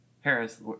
Harris